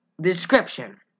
Description